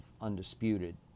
undisputed